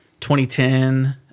2010